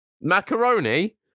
Macaroni